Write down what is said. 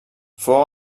fou